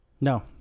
No